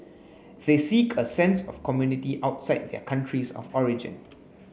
they seek a sense of community outside their countries of origin